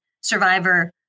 Survivor